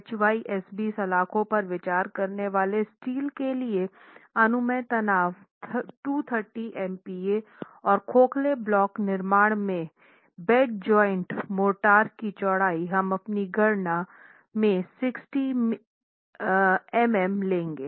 HYSB सलाख़ों पर विचार करने वाले स्टील के लिए अनुमेय तनाव 230 MPa और खोखले ब्लॉक निर्माण में बेड जॉइंट मोर्टार की चौड़ाई हम अपनी गणना 60 मिमी लेंगे